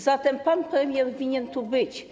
Zatem pan premier winien tu być.